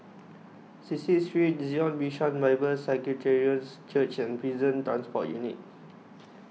Cecil Street Zion Bishan Bible Presbyterian Church and Prison Transport Unit